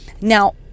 now